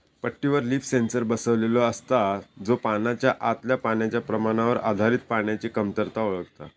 पट्टीवर leaf sensor बसवलेलो असता, जो पानाच्या आतल्या पाण्याच्या प्रमाणावर आधारित पाण्याची कमतरता ओळखता